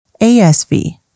ASV